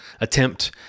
attempt